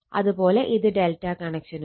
അത് പോലെ ഇത് ∆ കണക്ഷനും